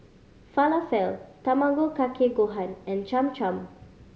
Falafel Tamago Kake Gohan and Cham Cham